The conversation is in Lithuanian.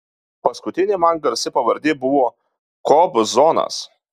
paskutinė man garsi pavardė buvo kobzonas